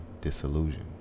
disillusion